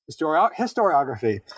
historiography